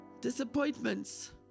disappointments